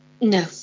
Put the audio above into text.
No